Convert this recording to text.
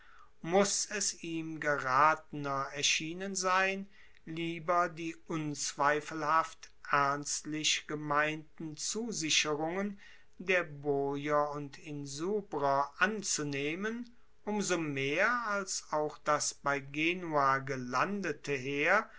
muss es ihm geratener erschienen sein lieber die unzweifelhaft ernstlich gemeinten zusicherungen der boier und insubrer anzunehmen um so mehr als auch das bei genua gelandete heer